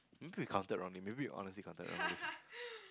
maybe you counted wrongly maybe you honestly counted wrongly